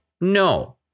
No